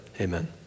amen